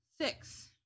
six